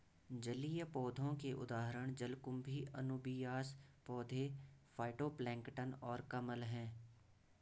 जलीय पौधों के उदाहरण जलकुंभी, अनुबियास पौधे, फाइटोप्लैंक्टन और कमल हैं